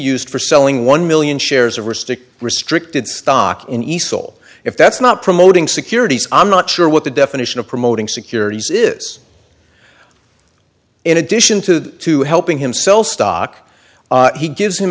used for selling one million shares of or stick restricted stock in easel if that's not promoting securities i'm not sure what the definition of promoting securities is in addition to to helping himself stock he gives him